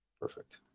Perfect